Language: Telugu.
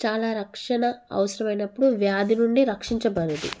చాలా రక్షణ అవసరమైనప్పుడు వ్యాధి నుండి రక్షించబడదు